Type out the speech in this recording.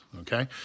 Okay